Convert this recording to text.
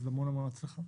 אז המון הצלחה.